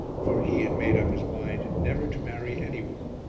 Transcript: for he had made up his mind never to marry any one,